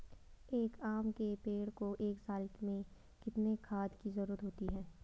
एक आम के पेड़ को एक साल में कितने खाद की जरूरत होती है?